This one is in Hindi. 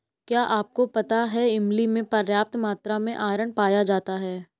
क्या आपको पता है इमली में पर्याप्त मात्रा में आयरन पाया जाता है?